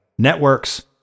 networks